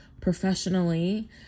professionally